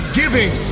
giving